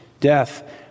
Death